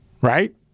right